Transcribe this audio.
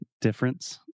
difference